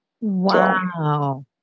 Wow